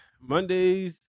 Mondays